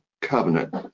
Covenant